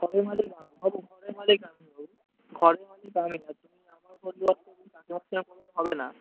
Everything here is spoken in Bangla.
ঘরের মালিক আমি বাবু ঘরের মালিক আমি বাবু ঘরের মালিক আমি আর তুমি আমার ঘরে করলে তো হবে না